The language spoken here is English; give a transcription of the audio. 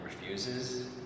refuses